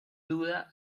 duda